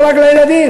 לא רק לילדים.